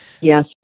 Yes